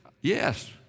Yes